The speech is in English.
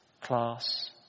class